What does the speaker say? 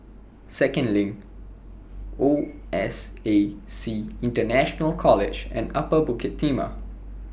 Second LINK O S A C International College and Upper Bukit Timah